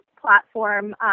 platform